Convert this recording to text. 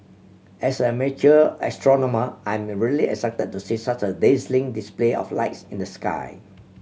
as amateur astronomer I am really excited to see such a dazzling display of lights in the sky